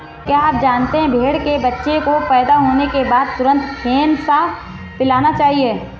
क्या आप जानते है भेड़ के बच्चे को पैदा होने के बाद तुरंत फेनसा पिलाना चाहिए?